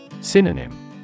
Synonym